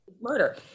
murder